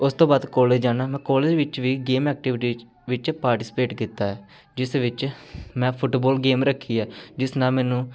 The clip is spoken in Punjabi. ਉਸ ਤੋਂ ਬਾਅਦ ਕੋਲਜ ਜਾਣਾ ਮੈਂ ਕੋਲਜ ਵਿੱਚ ਵੀ ਗੇਮ ਐਕਟੀਵਿਟੀ ਚ' ਵਿੱਚ ਪਾਰਟੀਸਪੇਟ ਕੀਤਾ ਹੈ ਜਿਸ ਵਿੱਚ ਮੈਂ ਫੁੱਟਬੋਲ ਗੇਮ ਰੱਖੀ ਹੈ ਜਿਸ ਨਾਲ ਮੈਨੂੰ